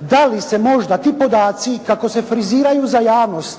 da li se možda ti podaci kako se friziraju za javnost,